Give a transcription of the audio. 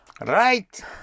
Right